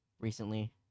recently